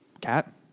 Cat